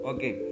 Okay